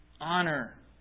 honor